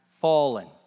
Fallen